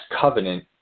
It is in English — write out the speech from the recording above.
covenant